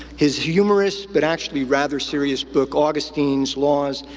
his humorous, but actually rather serious, book augustine's laws,